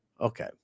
Okay